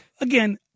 Again